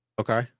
Okay